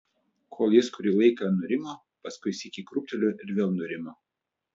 kol jis kurį laiką nurimo paskui sykį krūptelėjo ir vėl nurimo